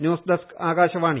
news desk Akashvani